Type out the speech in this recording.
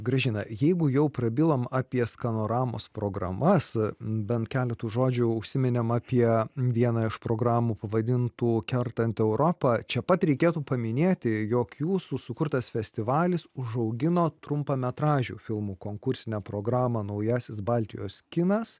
grąžina jeigu jau prabilome apie skanoramos programas bent keletu žodžių užsiminėme apie vieną iš programų pavadintų kertant europą čia pat reikėtų paminėti jog jūsų sukurtas festivalis užaugino trumpametražių filmų konkursinę programą naujasis baltijos kinas